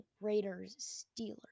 Raiders-Steelers